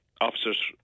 Officers